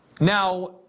Now